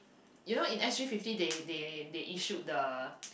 you know in S_G fifty they they they issued the